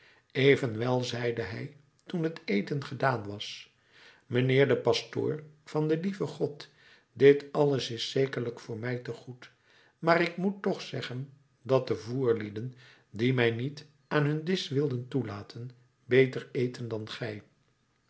evenwel zeide hij toen het eten gedaan was mijnheer de pastoor van den lieven god dit alles is zekerlijk voor mij te goed maar ik moet toch zeggen dat de voerlieden die mij niet aan hun disch wilden toelaten beter eten dan gij